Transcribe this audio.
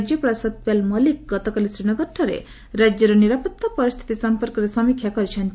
ରାଜ୍ୟପାଳ ସତ୍ୟପାଲ ମଲିକ୍ ଗତକାଲି ଶ୍ରୀନଗରଠାରେ ରାଜ୍ୟର ନିରାପତ୍ତା ପରିସ୍ଥିତି ସମ୍ପର୍କରେ ସମୀକ୍ଷା କରିଛନ୍ତି